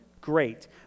great